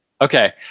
Okay